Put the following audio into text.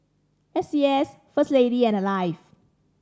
S C S First Lady and Alive